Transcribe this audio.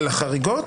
על החריגות,